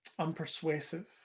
unpersuasive